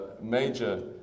major